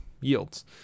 yields